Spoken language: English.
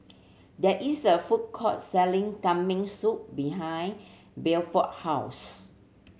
there is a food court selling Kambing Soup behind Bedford house